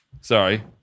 Sorry